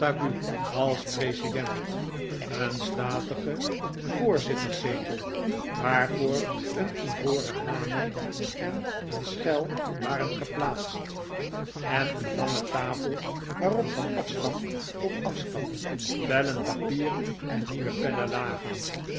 als president een statigen voorzitterszetel waarvoor een ivoren hamer en een schel waren geplaatst en een lange tafel waarop van afstand tot afstand vellen papier en nieuwe pennen lagen